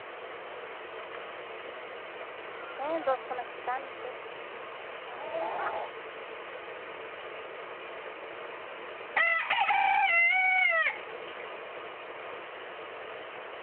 ᱦᱮᱸ ᱫᱚᱥ ᱠᱷᱚᱱᱟᱜ ᱪᱮᱛᱟᱱ ᱥᱮᱡ